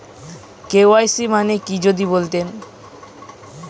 KYC মানে কি যদি বলতেন?